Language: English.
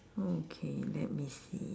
okay let me see